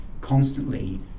constantly